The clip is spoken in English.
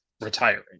retiring